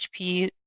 HP